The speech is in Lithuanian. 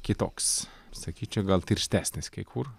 kitoks sakyčiau gal tirštesnis kai kur